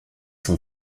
sont